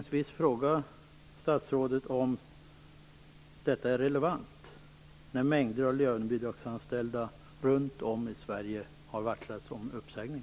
Sverige har varslats om uppsägning.